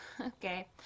okay